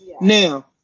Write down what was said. now